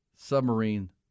submarine